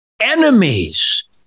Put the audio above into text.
enemies